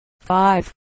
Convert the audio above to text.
five